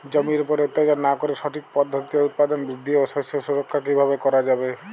জমির উপর অত্যাচার না করে সঠিক পদ্ধতিতে উৎপাদন বৃদ্ধি ও শস্য সুরক্ষা কীভাবে করা যাবে?